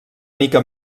mica